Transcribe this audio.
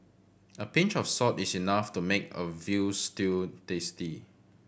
a pinch of salt is enough to make a veal stew tasty